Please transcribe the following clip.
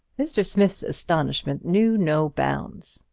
mr. smith's astonishment knew no bounds.